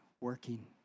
working